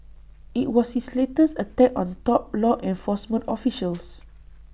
IT was his latest attack on top law enforcement officials